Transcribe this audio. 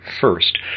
First